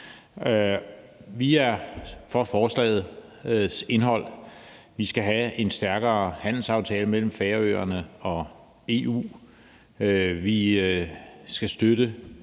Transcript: Vi er for forslagets indhold. Vi skal have en stærkere handelsaftale mellem Færøerne og EU. Vi skal støtte